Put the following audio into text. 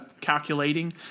Calculating